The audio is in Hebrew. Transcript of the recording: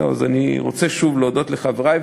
אני רוצה שוב להודות לחברי.